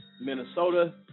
Minnesota